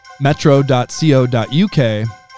metro.co.uk